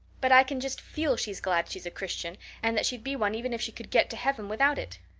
but i can just feel she's glad she's a christian and that she'd be one even if she could get to heaven without it.